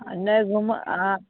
नहि घुम आ